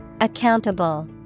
Accountable